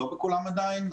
לא בכולם עדיין,